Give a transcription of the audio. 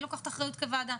אני לוקחת אחריות כוועדה.